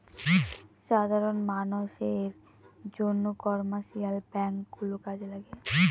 সাধারন মানষের জন্য কমার্শিয়াল ব্যাঙ্ক গুলো কাজে লাগে